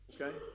Okay